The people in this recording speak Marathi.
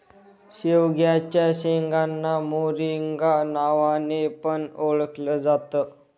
शेवग्याच्या शेंगांना मोरिंगा नावाने पण ओळखल जात